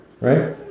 right